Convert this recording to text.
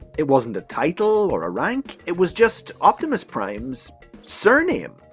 it wasn't a title or a rank it was just optimus prime's surname,